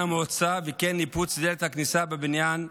המועצה וכן ניפוץ דלת הכניסה בבניין המועצה,